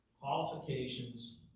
qualifications